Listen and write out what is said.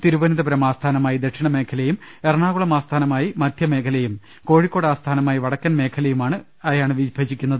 തിരുവനന്തപൂരം ആസ്ഥാനമായി ദക്ഷിണമേഖലയും ഏറണാ കുളം ആസ്ഥാനമായി മധ്യമേഖലയും കോഴിക്കോട് ആസ്ഥാനമായി വട ക്കൻ മേഖലയുമായാണ് ്വിഭജിക്കുന്നത്